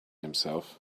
himself